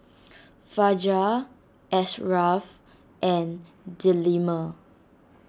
Fajar Ashraff and Delima